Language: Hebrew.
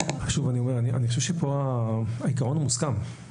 אני חושב שכאן העיקרון מוסכם.